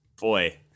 boy